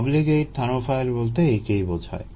obligate thermophile বলতে একেই বোঝায়